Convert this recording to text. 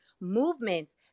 movements